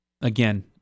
again